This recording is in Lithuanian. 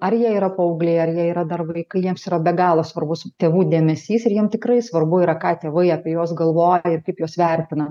ar jie yra paaugliai ar jie yra dar vaikai jiems yra be galo svarbus tėvų dėmesys ir jiem tikrai svarbu yra ką tėvai apie juos galvoja ir kaip juos vertina